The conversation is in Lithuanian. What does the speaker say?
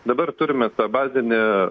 dabar turime tą bazinį